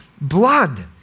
blood